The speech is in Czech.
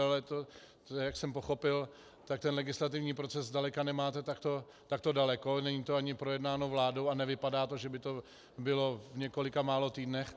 Ale jak jsem pochopil, tak ten legislativní proces zdaleka nemáte takto daleko, není to ani projednáno vládou a nevypadá to, že by to bylo v několika málo týdnech.